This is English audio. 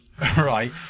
Right